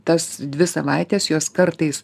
tas dvi savaites jos kartais